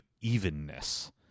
evenness